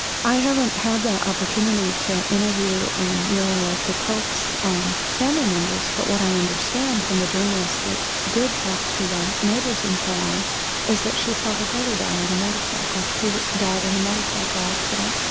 i haven't had the opportunity to interview muriel degauque's family members but what i understand from the journalist that did talk to the neighbours and so on is that she saw her brother die on a motor cycle, he died in and a motor cycle accident.